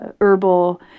herbal